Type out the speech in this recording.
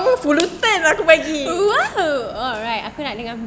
!wow! aku nak dengan view